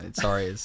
Sorry